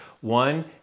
One